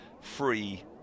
free